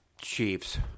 Chiefs